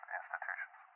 institutions